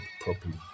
properly